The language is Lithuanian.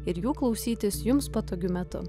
ir jų klausytis jums patogiu metu